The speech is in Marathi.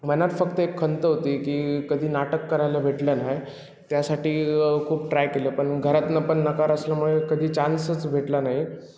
मनात फक्त एक खंत होती की कधी नाटक करायला भेटले नाही त्यासाठी खूप ट्राय केलं पण घरातनं पण नकार असल्यामुळे कधी चान्सच भेटला नाही